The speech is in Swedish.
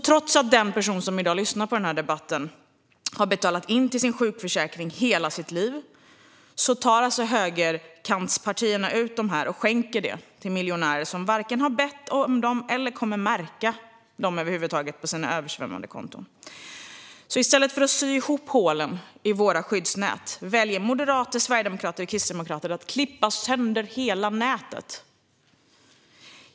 Trots att den person som i dag lyssnar på debatten har betalat in till sin sjukförsäkring under hela sitt liv tar alltså högerkantspartierna ut pengarna och skänker dem till miljonärer, som varken har bett om dem eller över huvud taget kommer att märka dem på sina översvämmade konton. I stället för att sy ihop hålen i våra skyddsnät väljer moderater, sverigedemokrater och kristdemokrater att klippa sönder hela nätet.